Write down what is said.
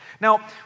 Now